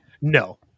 No